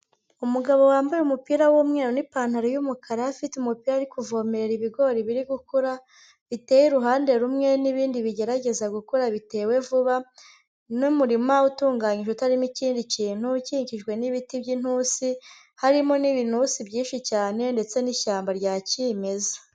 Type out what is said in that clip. Umugabo wambaye umupira w'umweru n'ipantaro y'umukara, afite umupira ari kuvomerera ibigori biri gukura, biteye uruhande rumwe n'ibindi bigerageza gukura bitewe vuba n'umurima utunganijwe utarimo ikindi kintu, ukikijwe n'ibiti by'intusi, harimo n'ibintusi byinshi cyane ndetse n'ishyamba rya kimeza.